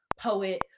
poet